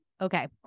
Okay